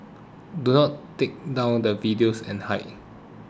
do not take down the videos and hide